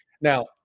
Now